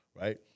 right